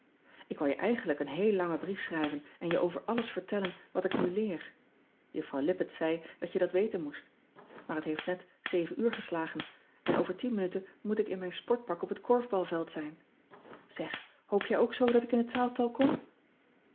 k wou je eigenlijk een heel langen brief schrijven en je over alles vertellen wat ik nu leer uffrouw ippett zei dat je dat weten moest maar het heeft net zeven ean ebster adertje angbeen uur geslagen en over minuten moet ik in mijn sportpak op het korfbalveld zijn eg hoop jij ook zoo dat ik in het twaalftal kom